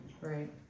Right